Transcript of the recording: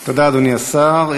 תודה, אדוני השר.